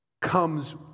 Comes